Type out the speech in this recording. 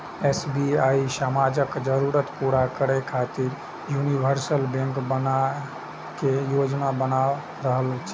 SBI समाजक जरूरत पूरा करै खातिर यूनिवर्सल बैंक बनै के योजना बना रहल छै